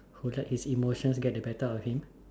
who let his emotions get the better of him